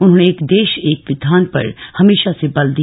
उन्होंने एक देश एक विधान पर हमेशा से बल दिया